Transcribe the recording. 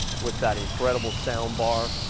with that incredible sound bar.